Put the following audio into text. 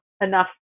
enough